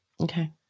Okay